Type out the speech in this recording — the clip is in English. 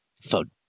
Phone